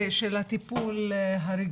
התחום הזה של הטיפול הרגשי,